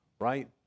right